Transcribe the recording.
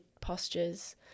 postures